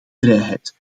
vrijheid